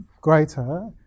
greater